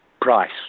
price